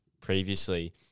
previously